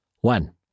One